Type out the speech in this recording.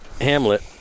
hamlet